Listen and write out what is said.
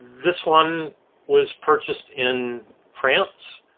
this one was purchased in france.